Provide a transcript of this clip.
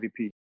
MVP